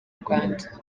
rwanda